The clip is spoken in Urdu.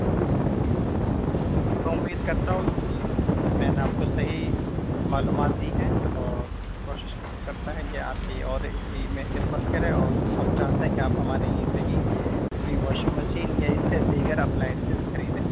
میں امید کرتا ہوں کہ میں نے آپ کو صحیح معلومات دی ہیں اور کوشش کرتے ہیں کہ آپ کی اور اسی میں خدمت کریں اور ہم چاہتے ہیں کہ آپ ہمارے یہیں سے ہی اپنی واشنگ مشین یا اس سے دیگر اپلائنسس خریدیں